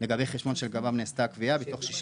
אלקטרוני או כתובת שיש